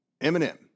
Eminem